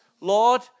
Lord